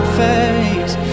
face